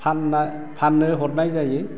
फानना फाननो हरनाय जायो